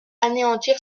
anéantir